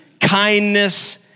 kindness